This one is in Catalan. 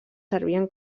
servien